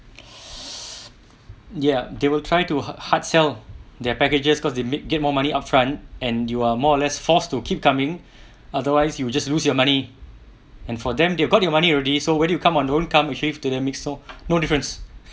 ya they will try to hard hard sell their packages because they make get more money upfront and you are more or less forced to keep coming otherwise you will just lose your money and for them they've got their money already so whether you come or don't come actually to them makes loh no difference